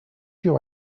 you